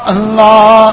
Allah